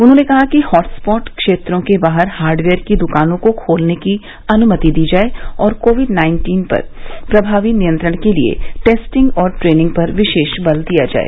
उन्होंने कहा कि हॉटस्पॉट क्षेत्रों के बाहर हार्डवेयर की दुकानों को खोलने की अनुमति दी जाये और कोविड नाइन्टीन पर प्रभावी नियंत्रण के लिए टेस्टिंग और ट्रेनिंग पर विशेष बल दिया जाए